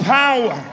power